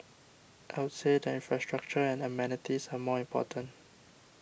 I would say the infrastructure and amenities are more important